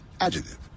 Adjective